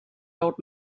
old